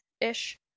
ish